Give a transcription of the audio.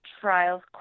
trials